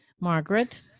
Margaret